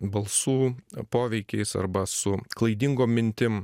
balsų poveikiais arba su klaidingom mintim